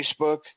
Facebook